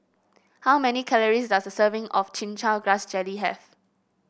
how many calories does a serving of Chin Chow Grass Jelly have